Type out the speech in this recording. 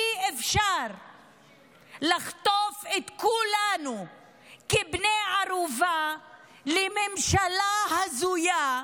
אי-אפשר לחטוף את כולנו כבני ערובה לממשלה הזויה,